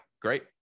great